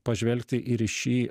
pažvelgti ir į šį